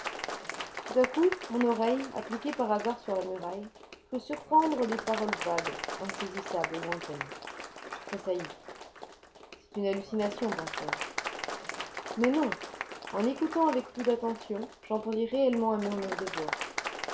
tout à coup mon oreille appliquée par hasard sur la muraille crut surprendre des paroles vagues insaisissables lointaines je tressaillis c'est une hallucination pensais-je mais non en écoutant avec plus d'attention j'entendis réellement un murmure de voix